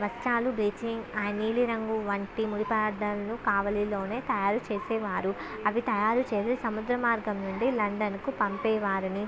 వస్త్రాలు బ్లీచింగ్ ఆ నీలిరంగు వంటి ముడిపదార్థాలలో కావలిలోనే తయారు చేసేవారు అవి తయారు చేసి సముద్ర మార్గం నుండి లండన్కు పంపేవారని